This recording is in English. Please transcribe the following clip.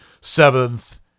seventh